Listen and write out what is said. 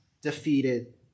defeated